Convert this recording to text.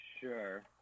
sure